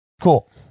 Cool